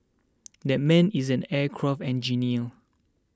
that man is an aircraft engineer